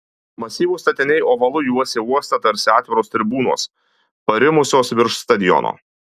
masyvūs statiniai ovalu juosė uostą tarsi atviros tribūnos parimusios virš stadiono